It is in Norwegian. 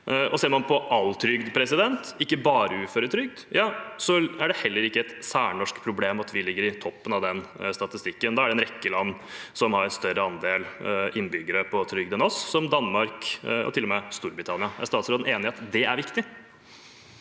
Ser man på all trygd, ikke bare uføretrygd, er det heller ikke et særnorsk problem med tanke på å ligge i toppen av den statistikken. Da er det en rekke land som har større andel innbyggere på trygd enn oss, som Danmark og til og med Storbritannia. Er statsråden enig i at det er viktig?